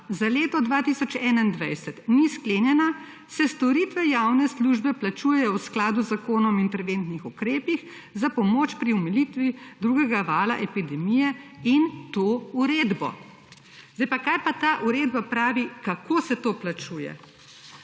za leto 2021 ni sklenjena, se storitve javne službe plačujejo v skladu z Zakonom o interventnih ukrepih za pomoč pri omilitvi drugega vala epidemije in to uredbo. Zdaj pa, kaj pa ta uredba pravi, kako se to plačuje.